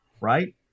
Right